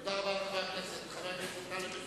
תודה רבה לחבר הכנסת נסים זאב.